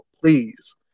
please